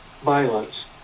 violence